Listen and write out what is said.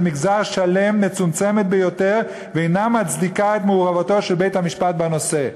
מגזר שלם מצומצמת ביותר ואינה מצדיקה את מעורבותו של בית-המשפט בנושא.